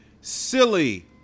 silly